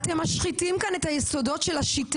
אתם משחיתים כאן את היסודות של השיטה